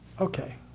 Okay